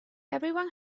everyone